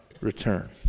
return